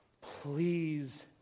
Please